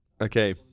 Okay